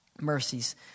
mercies